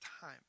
time